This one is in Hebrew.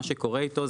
מה שקורה איתו,